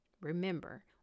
Remember